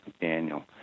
Daniel